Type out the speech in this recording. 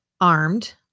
armed